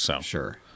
Sure